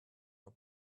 are